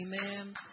amen